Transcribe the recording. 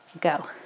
go